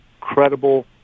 credible